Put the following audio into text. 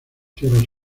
tierras